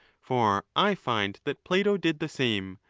for i find that plato did the same,